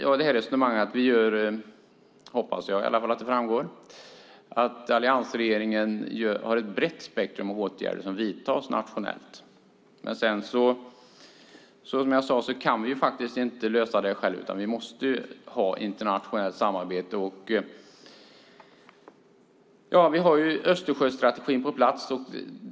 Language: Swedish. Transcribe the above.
Jag hoppas att det framgår av detta resonemang att alliansregeringen har ett brett spektrum av åtgärder som vidtas nationellt. Men som jag sade kan vi inte lösa detta själva, utan vi måste ha ett internationellt samarbete. Vi har nu Östersjöstrategin på plats.